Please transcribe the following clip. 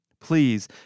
Please